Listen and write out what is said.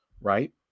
right